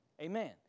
Amen